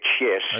yes